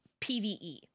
PvE